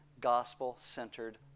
gospel-centered